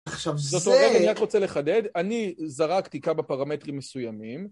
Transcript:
עכשיו זה... זאת אומרת אני רק רוצה לחדד, אני זרקתי כמה פרמטרים מסוימים